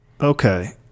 okay